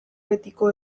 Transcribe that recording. betiko